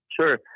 Sure